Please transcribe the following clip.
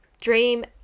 dream